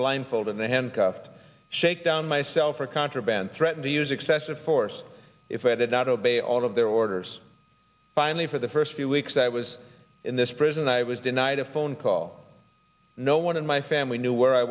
blindfolded and handcuffed shake down my cell for contraband threaten to use excessive force if i did not obey all of their orders finally for the first few weeks i was in this prison i was denied a phone call no one in my family knew where i